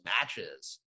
matches